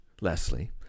Leslie